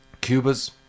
Cuba's